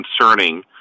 concerning